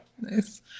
Nice